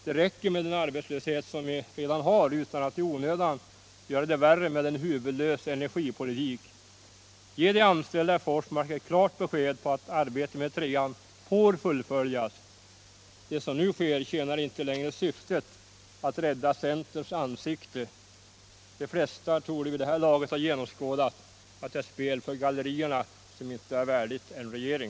Det räcker med den arbetslöshet vi redan har utan att i onödan göra det värre med en huvudlös energipolitik. Ge de anställda i Forsmark ett klart besked om att arbetet med trean får fullföljas! Det som nu sker tjänar inte längre syftet att rädda centerns ansikte. De flesta torde vid det här laget ha genomskådat att det är spel för galleriet som inte är värdigt en regering.